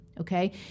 Okay